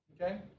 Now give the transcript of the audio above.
Okay